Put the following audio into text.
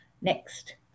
Next